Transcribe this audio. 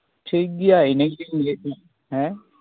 ᱴᱷᱤᱠᱜᱮᱭᱟ ᱤᱱᱟᱹᱜᱤᱧ ᱞᱟᱹᱭᱮᱫ ᱛᱟᱦᱮᱸᱫ ᱦᱮᱸ